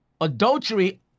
adultery